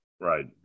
Right